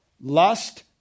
Lust